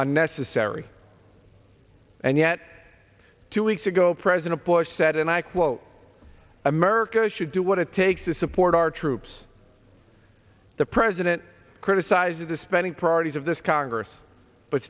unnecessary and yet two weeks ago president bush said and i quote america should do what it takes to support our troops the president criticizes the spending priorities of this congress but